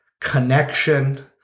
Connection